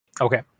Okay